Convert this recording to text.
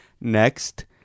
next